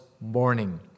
morning